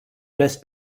best